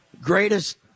greatest